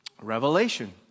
Revelation